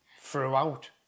throughout